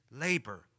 labor